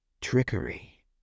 Trickery